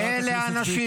למה אתה